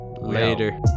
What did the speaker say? Later